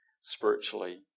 spiritually